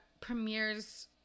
premieres